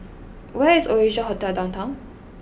where is Oasia Hotel Downtown